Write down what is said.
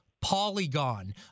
Polygon